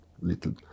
little